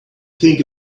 think